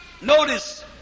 notice